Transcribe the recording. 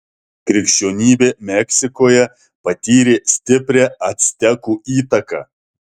krikščionybė meksikoje patyrė stiprią actekų įtaką